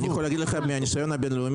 אני יכול להגיד לך מהניסיון הבינלאומי